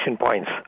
points